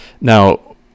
Now